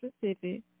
Pacific